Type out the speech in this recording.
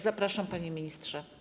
Zapraszam, panie ministrze.